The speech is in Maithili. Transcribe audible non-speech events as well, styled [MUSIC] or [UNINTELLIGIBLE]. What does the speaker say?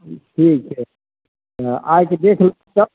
ठीक छै आइके देख [UNINTELLIGIBLE] तब